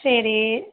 சரி